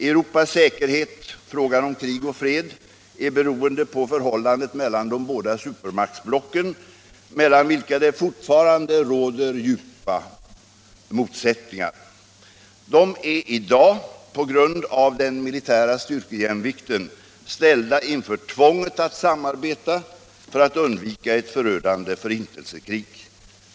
Europas säkerhet —- frågan om krig eller fred — är beroende av förhållandet mellan de båda supermaktsblocken, mellan vilka det fortfarande råder djupa motsättningar. De är i dag, på grund av den militära styrkejämvikten, ställda inför tvånget att samarbeta, för att undvika ett förödande förintelsekrig.